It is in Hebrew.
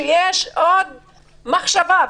כשיש עוד מחשבה,